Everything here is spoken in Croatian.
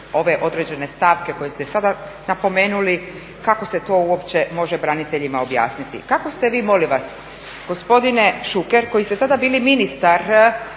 ove određene stavke koje ste sada napomenuli, kako se to uopće može braniteljima objasniti. Kako ste vi molim vas gospodine Šuker koji ste tada bili ministar